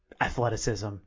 athleticism